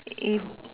if